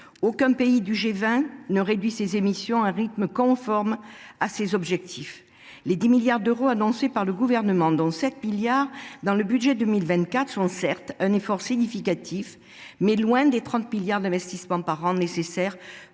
Aucun des pays du G20 ne réduit ses émissions à un rythme conforme à nos objectifs. Les 10 milliards d’euros annoncés par le Gouvernement, dont 7 milliards dans le budget 2024, représentent certes un effort significatif, mais nous sommes loin des 30 milliards d’euros d’investissements par an nécessaires,